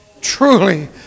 truly